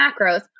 macros